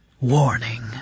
Warning